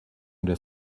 their